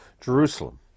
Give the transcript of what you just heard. Jerusalem